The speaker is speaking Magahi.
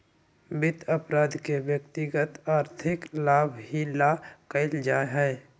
वित्त अपराध के व्यक्तिगत आर्थिक लाभ ही ला कइल जा हई